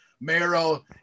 Marrow